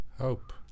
hope